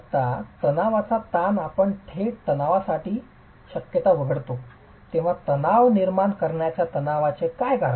जेव्हा ताणतणावाचा ताण आपण थेट ताणतणावाची शक्यता वगळतो तेव्हा तणाव निर्माण करण्याच्या तणावाचे कारण काय